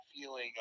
feeling